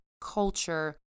culture